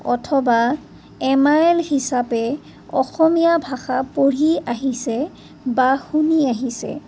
অথবা M I L হিচাপে অসমীয়া ভাষা পঢ়ি আহিছে বা শুনি আহিছে